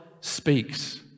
speaks